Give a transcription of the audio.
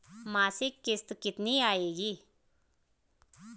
मासिक किश्त कितनी आएगी?